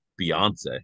beyonce